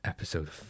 Episode